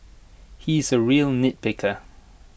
he is A real nitpicker